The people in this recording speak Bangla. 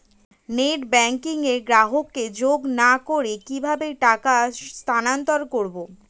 নেট ব্যাংকিং এ গ্রাহককে যোগ না করে কিভাবে টাকা স্থানান্তর করব?